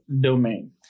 domain